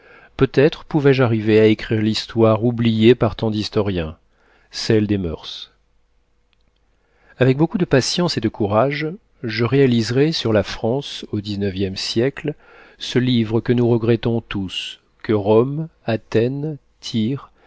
peut-être pouvais-je arriver à écrire l'histoire oubliée par tant d'historiens celle des moeurs avec beaucoup de patience et de courage je réaliserais sur la france au dix-neuvième siècle ce livre que nous regrettons tous que rome athènes tyr